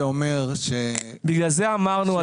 זה אומר --- בגלל זה אמרנו,